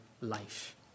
life